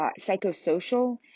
psychosocial